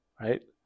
right